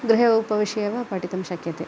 गृहे उपविश्य एव पठितुं शक्यते